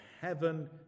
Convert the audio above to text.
heaven